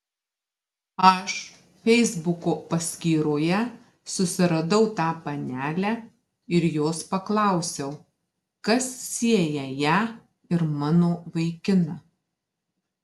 aš feisbuko paskyroje susiradau tą panelę ir jos paklausiau kas sieja ją ir mano vaikiną